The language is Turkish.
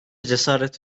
cesaret